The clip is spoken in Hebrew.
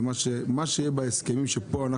ומה שיהיה בהסכמים שפה,